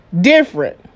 different